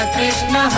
Krishna